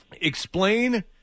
Explain